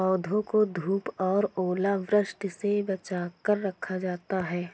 पौधों को धूप और ओलावृष्टि से बचा कर रखा जाता है